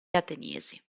ateniesi